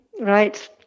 right